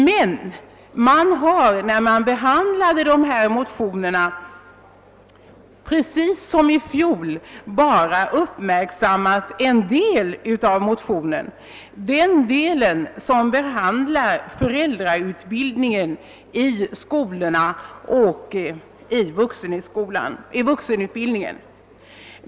Men utskottet har, när man behandlat motionerna, precis som i fjol bara uppmärksammat den del av motionerna vari behandlas föräldrautbildningen i skolorna och i vuxenutbildningen.